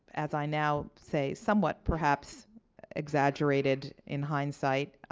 as i now say, somewhat perhaps exaggerated in hindsight.